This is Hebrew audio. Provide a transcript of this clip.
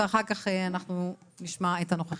ואחר כך נשמע את הנוכחים,